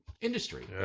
industry